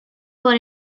for